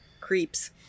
creeps